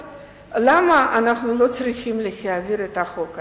למה אנחנו לא צריכים להעביר את החוק הזה.